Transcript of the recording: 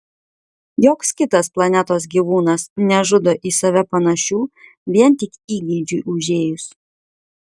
joks kitas planetos gyvūnas nežudo į save panašių vien tik įgeidžiui užėjus